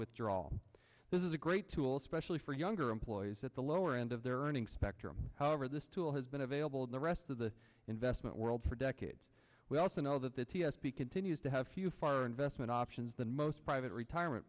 all this is a great tool especially for younger employees at the lower end of their earning spectrum however this tool has been available in the rest of the investment world for decades we also know that the t s p continues to have few far investment options than most private retirement